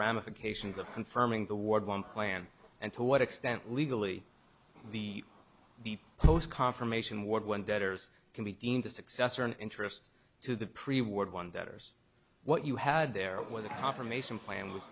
ramifications of confirming the ward one plan and to what extent legally the the post confirmation ward when debtors can be deemed the successor in interest to the pre war one debtors what you had there was a confirmation plan